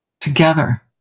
together